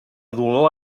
dolor